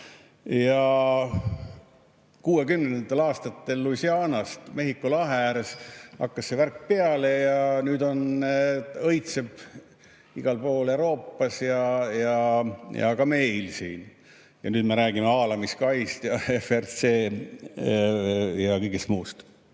1960. aastatel Louisianas, Mehhiko lahe ääres hakkas see värk peale ja nüüd õitseb igal pool Euroopas ja ka meil siin. Nüüd me räägime haalamiskaist, FSRU-st ja kõigest muust.